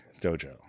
dojo